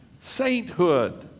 sainthood